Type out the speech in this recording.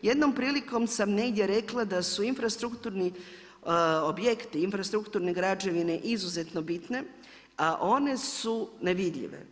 Jednom prilikom sam negdje rekla da su infrastrukturni objekti, infrastrukturne građevine izuzetno bitne a one su nevidljive.